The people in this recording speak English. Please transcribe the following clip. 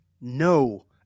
No